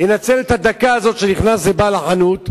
וינצל את הדקה הזאת, שנכנס לחנות,